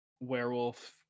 werewolf